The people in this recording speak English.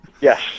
Yes